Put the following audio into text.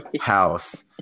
house